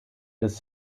des